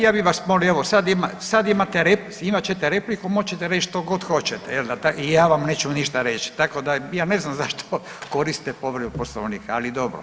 Ja bih vas molio, evo sad imat ćete repliku moći ćete reć što god hoćete i ja vam neću ništa reć, tako da ja ne znam zašto koristite povreda Poslovnika, ali dobro.